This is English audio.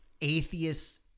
atheists